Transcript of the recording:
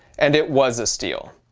and it was a steal.